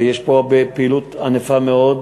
ויש פה פעילות ענפה מאוד.